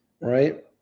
right